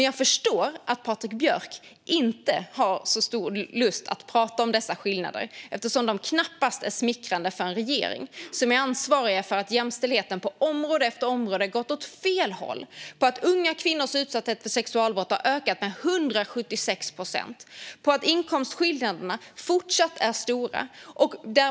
Jag förstår dock att Patrik Björck inte har så stor lust att prata om dessa skillnader, eftersom de knappast är smickrande för en regering som är ansvarig för att jämställdheten på område efter område gått åt fel håll, för att unga kvinnors utsatthet för sexualbrott har ökat med 176 procent och för att inkomstskillnaderna fortsatt är stora.